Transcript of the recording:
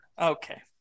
Okay